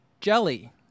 jelly